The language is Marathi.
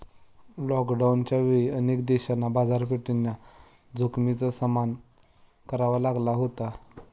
लॉकडाऊनच्या वेळी अनेक देशांना बाजारपेठेच्या जोखमीचा सामना करावा लागला होता